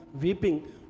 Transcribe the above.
weeping